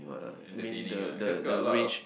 entertaining lah cause got a lot of